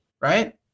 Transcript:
Right